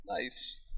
Nice